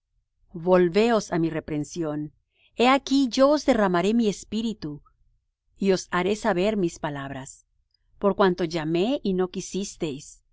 volveos á mi reprensión he aquí yo os derramaré mi espíritu y os haré saber mis palabras por cuanto llamé y no quisisteis